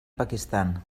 pakistan